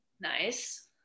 Nice